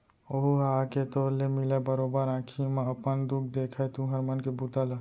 ओहूँ ह आके तोर ले मिलय, बरोबर आंखी म अपन खुद देखय तुँहर मन के बूता ल